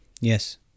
Yes